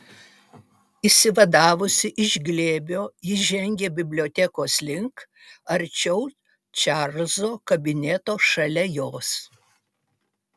išsivadavusi iš glėbio ji žengė bibliotekos link arčiau čarlzo kabineto šalia jos